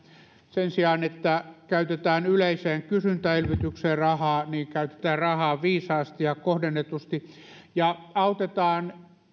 sen sijaan että käytetään yleiseen kysyntäelvytykseen rahaa niin käytetään rahaa viisaasti ja kohdennetusti ja autetaan